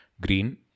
green